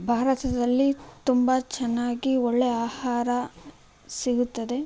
ಭಾರತದಲ್ಲಿ ತುಂಬ ಚೆನ್ನಾಗಿ ಒಳ್ಳೆಯ ಆಹಾರ ಸಿಗುತ್ತದೆ